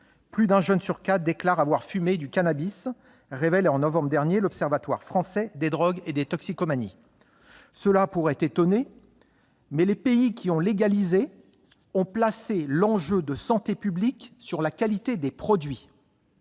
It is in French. Plus d'un jeune sur quatre déclare avoir fumé du cannabis, comme le révélait, en novembre dernier, l'Observatoire français des drogues et des toxicomanies. Cela pourrait étonner, mais les pays ayant légalisé ont placé l'enjeu de santé publique sur la qualité des produits.